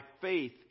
faith